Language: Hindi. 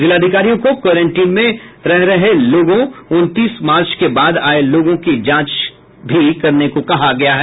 जिलाधिकारियों को क्वेरेंटाइन में रह रहे लोगों उनतीस मार्च के बाद आये लोगों की जांच भी करने को कहा है